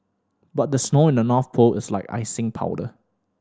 but the snow in the North Pole is like icing powder